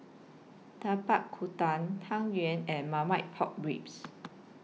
Tapak Kuda Tang Yuen and Marmite Pork Ribs